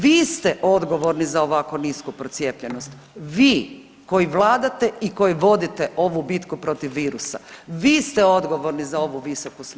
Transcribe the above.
Vi ste odgovorni za ovako nisku procijepljenost, vi koji vladate i koji vodite ovu bitku protiv virusa, vi ste odgovorni za ovu visoku smrtnost.